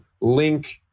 link